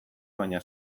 baina